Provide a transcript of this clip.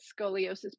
Scoliosis